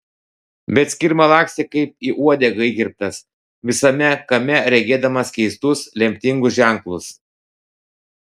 bet skirma lakstė kaip į uodegą įkirptas visame kame regėdamas keistus lemtingus ženklus